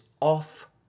off